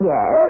Yes